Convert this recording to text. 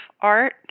art